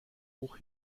hoch